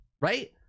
right